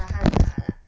tahan 辣啦